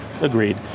Agreed